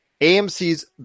AMC's